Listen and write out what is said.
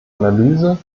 analyse